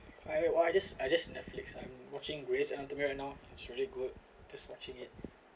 I or I just I just Netflix I'm watching grey's anatomy right now it's really good just watching it